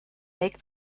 make